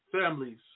families